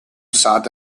sad